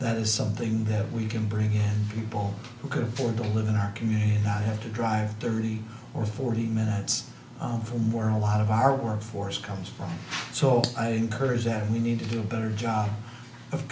that is something that we can bring in people who could afford to live in our community and not have to drive thirty or forty minutes from where a lot of our workforce comes from so i encourage that and we need to do a better job of